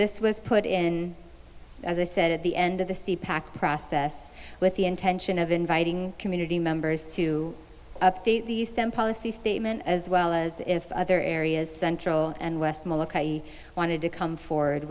this was put in as i said at the end of the sea pack process with the intention of inviting community members to update the stem policy statement as well as if other areas central and west molokai wanted to come forward